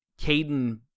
Caden